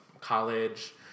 college